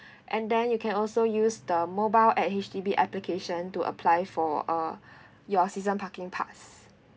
and then you can also use the mobile at H_D_B application to apply for uh your season parking pass